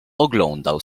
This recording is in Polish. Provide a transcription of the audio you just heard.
oglądał